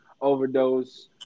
overdose